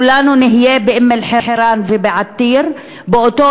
כולנו נהיה באום-אלחיראן ובעתיר באותו